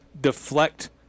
deflect